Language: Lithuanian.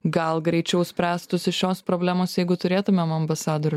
gal greičiau spręstųsi šios problemos jeigu turėtumėm ambasadorių